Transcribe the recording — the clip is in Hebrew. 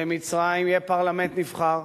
למצרים יהיה פרלמנט נבחר,